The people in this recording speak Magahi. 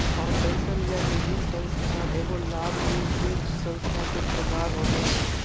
फाउंडेशन या निधिसंस्था एगो लाभ निरपेक्ष संस्था के प्रकार होवो हय